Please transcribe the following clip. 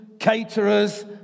Caterers